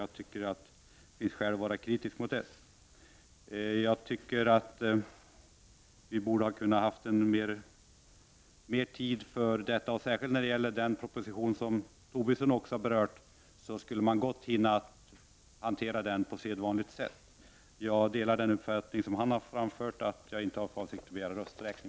Jag tycker att det finns skäl att kritisera detta. Vi borde ha haft mer tid på oss, i synnerhet när det gäller den proposition som Lars Tobisson berörde. Den skulle man gott ha hunnit hantera på sedvanligt sätt. Jag instämmer med Lars Tobisson, och inte heller jag har för avsikt att begära rösträkning.